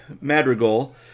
Madrigal